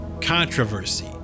controversy